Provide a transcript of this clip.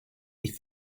ich